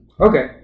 Okay